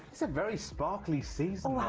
so very sparkly season um